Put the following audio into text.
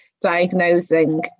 diagnosing